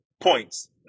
points